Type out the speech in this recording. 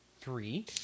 three